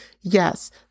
Yes